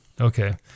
Okay